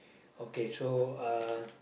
okay so uh